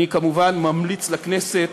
אני, כמובן, ממליץ לכנסת